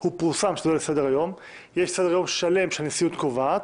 יש סדר-יום שלם שהנשיאות קובעת.